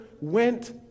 went